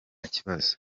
kibazo